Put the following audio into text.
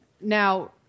now